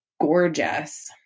gorgeous